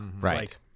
Right